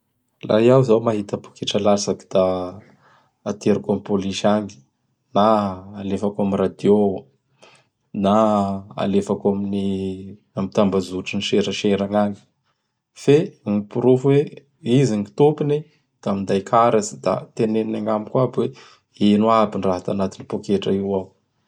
Laha iao zao mahita pôketra latsaky da ateriko am pôlisy agny na alefako am radio na alefakao amin'ny am tambazotry gny serasera gnagny. Fe gny porofo oe izy gny topony; da minday karatsy da teneniny agnamiko aby oe ino aby gny raha tanatin'ny pôketra io ao.